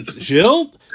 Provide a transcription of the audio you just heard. Jill